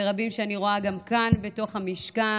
ורבים שאני רואה גם כאן בתוך המשכן,